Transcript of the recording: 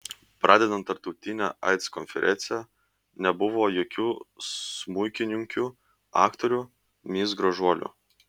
pradedant tarptautine aids konferencija nebuvo jokių smuikininkių aktorių mis gražuolių